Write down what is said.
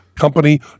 Company